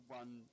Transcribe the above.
one